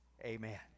Amen